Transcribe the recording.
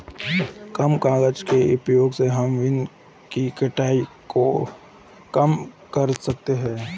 कम कागज़ के उपयोग से हम वनो की कटाई को कम कर सकते है